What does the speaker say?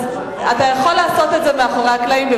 אתה יכול לעשות את זה מאחורי הקלעים.